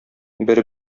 бер